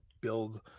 build